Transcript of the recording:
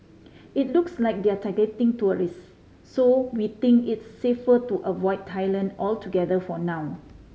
it looks like they're targeting tourist so we think it's safer to avoid Thailand altogether for now